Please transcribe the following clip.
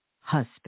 husband